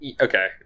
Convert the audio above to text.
Okay